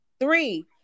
Three